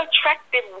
attractive